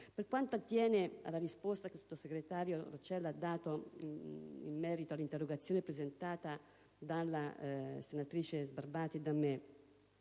Per quanto attiene alla risposta data dalla sottosegretario Roccella in merito alla interrogazione presentata dalla senatrice Sbarbati e da me,